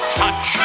touch